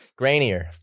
grainier